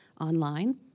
online